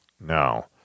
Now